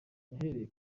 yahereye